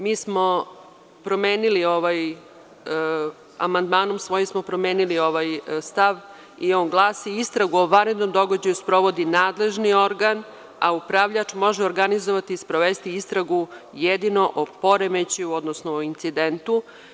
Mi smo promenili amandmanom ovaj stav i on glasi – istragu o vanrednom događaju sprovodi nadležni organ, a upravljač može organizovati i sprovesti istragu jedino o poremećaju, odnosno o incidentu.